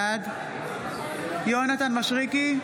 בעד יונתן מישרקי,